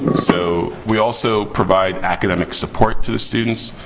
so, we also provide academic support to the students.